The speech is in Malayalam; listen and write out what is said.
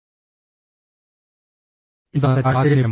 എന്താണ് തെറ്റായ ആശയവിനിമയം